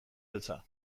beltza